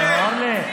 אורלי,